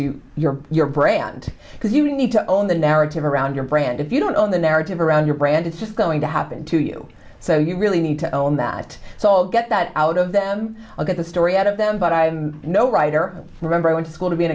you your your brand because you need to own the narrative around your brand if you don't own the narrative around your brand it's just going to happen to you so you really need to own that so get that out of them or get the story out of them but i'm no writer remember i went to school to be an